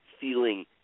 feeling